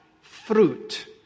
fruit